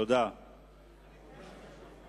תודה ליושב-ראש הוועדה.